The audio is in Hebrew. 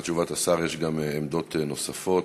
לאחר תשובת השר יש עמדות נוספות.